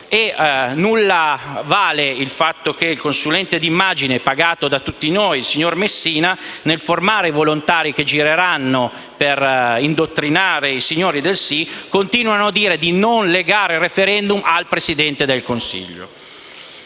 A nulla vale il fatto che il consulente di immagine, pagato da tutti noi, il signor Messina, nel formare i volontari che gireranno per indottrinare alle ragioni del sì, continui a dire di non legare il *referendum* al Presidente del Consiglio.